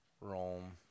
rome